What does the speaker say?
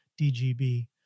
DGB